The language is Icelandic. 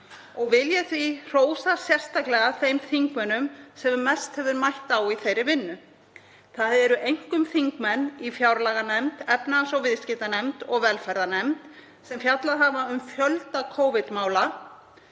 og vil ég hrósa sérstaklega þeim þingmönnum sem mest hefur mætt á í þeirri vinnu. Það eru einkum þingmenn í fjárlaganefnd, efnahags- og viðskiptanefnd og velferðarnefnd sem fjallað hafa um fjölda Covid-mála,